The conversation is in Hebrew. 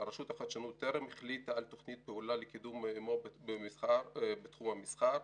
רשות החדשנות טרם החליטה על תוכנית פעולה לקידום מו"פ בתחום המסחר.